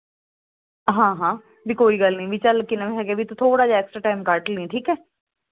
ਹਾਂ ਹਾਂ ਜੇ ਕੋਈ ਗੱਲ ਨਹੀਂ ਵੀ ਚੱਲ ਕੀ ਨਾਮ ਹੈਗੇ ਵੀ ਤੂੰ ਥੋੜਾ ਜਿਹਾ ਐਕਸਟਰਾ ਟਾਈਮ ਕੱਢ ਲਈ ਠੀਕ ਐ